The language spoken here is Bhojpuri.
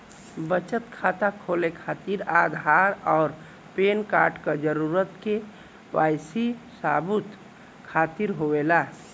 बचत खाता खोले खातिर आधार और पैनकार्ड क जरूरत के वाइ सी सबूत खातिर होवेला